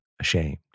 ashamed